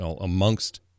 amongst